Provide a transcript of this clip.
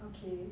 okay